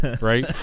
right